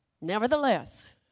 Nevertheless